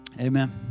amen